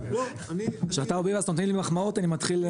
כשאתה נותן לי מחמאות אני מתחיל...